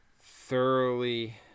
thoroughly